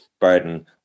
burden